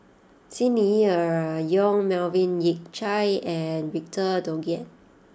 Xi Ni Er Yong Melvin Yik Chye and Victor Doggett